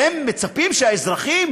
הם מצפים שהאזרחים